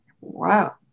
Wow